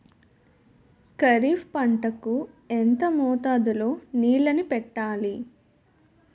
ఖరిఫ్ పంట కు ఎంత మోతాదులో నీళ్ళని పెట్టాలి?